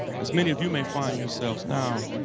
as many of you may find yourselves now,